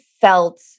felt